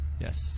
Yes